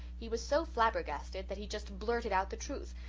he was so flabbergasted that he just blurted out the truth.